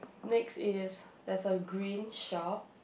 next is there's a green shop